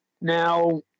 now